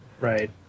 Right